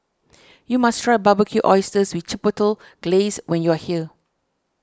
you must try Barbecued Oysters with Chipotle Glaze when you are here